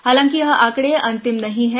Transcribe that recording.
हालांकि यह आंकड़े अंतिम नहीं है